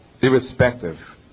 irrespective